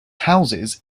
houses